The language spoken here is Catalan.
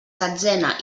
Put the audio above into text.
setzena